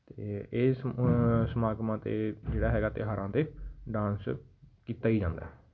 ਅਤੇ ਇਹ ਸਮ ਸਮਾਗਮਾਂ 'ਤੇ ਜਿਹੜਾ ਹੈਗਾ ਤਿਉਹਾਰਾਂ 'ਤੇ ਡਾਂਸ ਕੀਤਾ ਹੀ ਜਾਂਦਾ